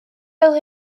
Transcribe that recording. fel